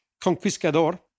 conquistador